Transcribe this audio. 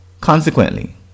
Consequently